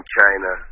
China